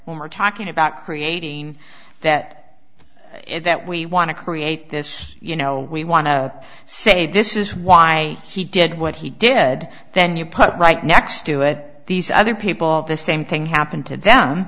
that we're talking about creating that and that we want to create this you know we want to say this is why he did what he did then you put it right next to it these other people the same thing happened to them